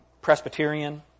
Presbyterian